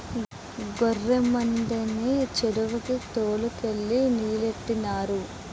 గొర్రె మందని చెరువుకి తోలు కెళ్ళి నీలెట్టినారు